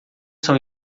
são